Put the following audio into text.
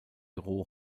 roh